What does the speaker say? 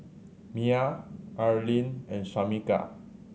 Mia Arlyne and Shamika